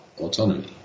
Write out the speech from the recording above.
autonomy